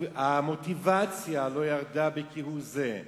המוטיבציה לא ירדה בכהוא-זה.